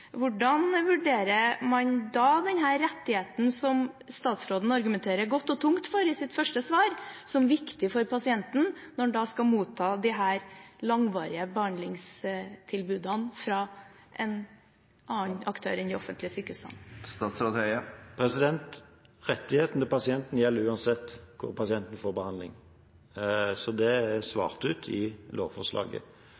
Hvordan vurderer man den rettigheten som statsråden argumenterer godt og tungt for i sitt første svar, som viktig for pasienten, når en da skal motta disse langvarige behandlingstilbudene fra en annen aktør enn de offentlige sykehusene? Rettighetene til pasienten gjelder uansett hvor pasienten får behandling, så det er svart ut i lovforslaget.